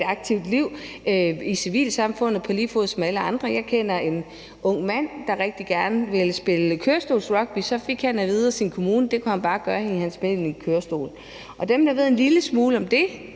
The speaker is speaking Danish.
aktivt liv i civilsamfundet på lige fod som alle andre. Jeg kender en ung mand, der rigtig gerne vil spille kørestolsrugby, og så fik han at vide af sin kommune, at det kunne han bare gøre i en sædvanlig kørestol. Og dem, der ved en lille smule om det,